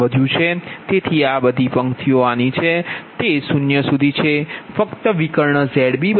તેથી આ બધી આ પંક્તિ આની છે તે 0 સુધી છે ફક્ત વિકર્ણ ZbZkk હશે